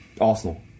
Arsenal